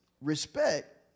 respect